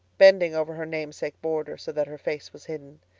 bending over her namesake border so that her face was hidden.